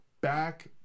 back